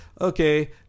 Okay